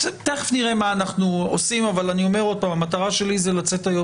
תכף נראה מה אנחנו עושים אבל אני שוב שהמטרה שלי זה לצאת היום